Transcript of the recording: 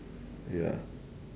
ya